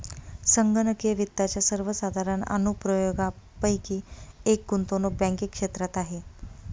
संगणकीय वित्ताच्या सर्वसाधारण अनुप्रयोगांपैकी एक गुंतवणूक बँकिंग क्षेत्रात आहे